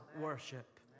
worship